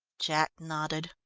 jack nodded.